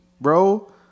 bro